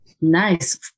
nice